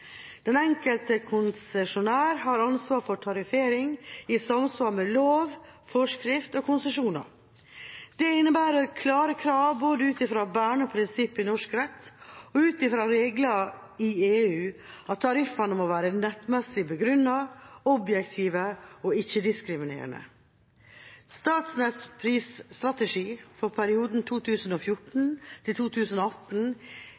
Den enkelte konsesjonær har ansvar for tariffering i samsvar med lov, forskrift og konsesjoner. Det innebærer klare krav, både ut fra bærende prinsipper i norsk rett og ut fra regler i EU, om at tariffene må være nettmessig begrunnet, objektive og ikke-diskriminerende. I Statnetts prisstrategi for perioden